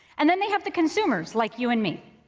and then they have the consumers, like you and me.